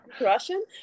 Russian